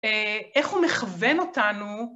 איך הוא מכוון אותנו?